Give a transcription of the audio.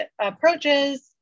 approaches